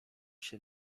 się